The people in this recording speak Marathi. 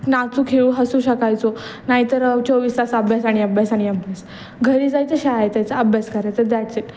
नाचू खेळू हसू शकायचो नाही तर चोवीस तास अभ्यास आणि अभ्यास आणि अभ्यास घरी जायचं शाळेत जायचं अभ्यास करायचा दॅट्स ईट